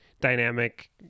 dynamic